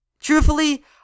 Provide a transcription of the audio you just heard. truthfully